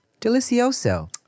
Delicioso